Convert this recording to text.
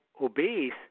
obese